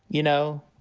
you know.